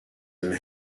and